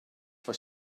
for